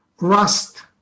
rust